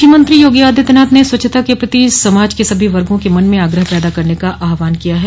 मुख्यमंत्री योगी आदित्यनाथ ने स्वच्छता के प्रति समाज के सभी वर्गो के मन में आग्रह पैदा करने का आह्वान किया है